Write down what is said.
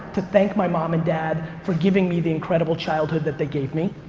to thank my mom and dad for giving me the incredible childhood that they gave me.